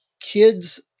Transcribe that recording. kids